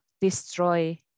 destroy